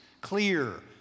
clear